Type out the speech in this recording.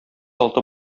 алты